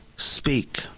Speak